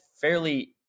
fairly